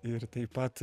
ir taip pat